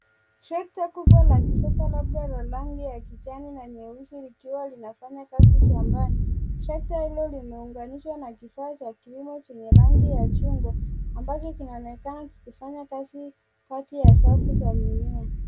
Trekta kubwa la kisasa labda la rangi ya kijani na nyeusi likiwa linafanya kazi shambani. Trekta hilo limeunganishwa na kifaa cha kilimo chenye rangi ya chungwa ambacho kinaonekana kikifanya kazi kati ya safu za mimea.